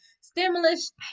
stimulus